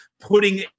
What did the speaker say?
putting